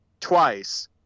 twice